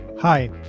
Hi